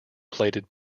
plated